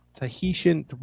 Tahitian